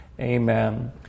amen